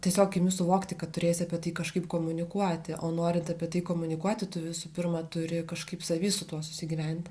tiesiog imi suvokti kad turėsi apie tai kažkaip komunikuoti o norint apie tai komunikuoti tu visų pirma turi kažkaip savy su tuo susigyventi